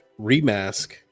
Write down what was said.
remask